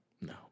No